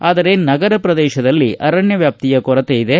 ಆದರೆ ನಗರ ಪ್ರದೇಶದಲ್ಲಿ ಅರಣ್ಯ ವ್ಯಾಪ್ತಿಯ ಕೊರತೆ ಇದೆ